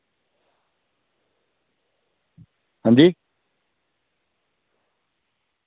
अंजी